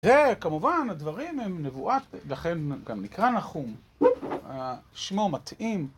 זה כמובן, הדברים הם נבואת, לכן גם נקרא נחום, שמו מתאים.